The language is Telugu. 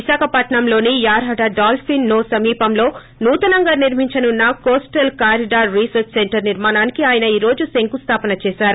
విశాఖపట్నంలోని యారాడ డాల్సిన్ నోస్ సమీపంలో నూతనంగా నిర్మించనున్న కోస్టల్ కారిడార్ రిసర్స్ సెంటర్ నిర్మాణానికి ఆయన ఈ రోజు శంఖుస్లాపన్ చేశారు